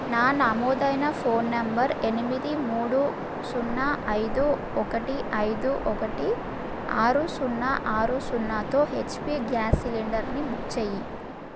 నా నమోదైన phone number ఎనిమిది మూడు సున్నా ఐదు ఒకటి ఐదు ఒకటి ఆరు సున్నా ఆరు సున్నాతో హెచ్పి గ్యాస్ సిలిండర్ని బుక్ చేయి